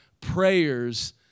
prayers